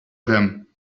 them